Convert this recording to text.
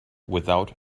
without